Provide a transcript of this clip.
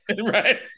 Right